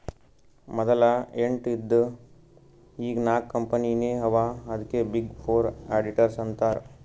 ಮದಲ ಎಂಟ್ ಇದ್ದು ಈಗ್ ನಾಕ್ ಕಂಪನಿನೇ ಅವಾ ಅದ್ಕೆ ಬಿಗ್ ಫೋರ್ ಅಡಿಟರ್ಸ್ ಅಂತಾರ್